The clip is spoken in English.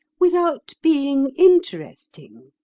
without being interesting.